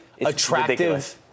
attractive